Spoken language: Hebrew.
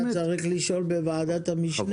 אתה צריך לשאול בוועדת המשנה.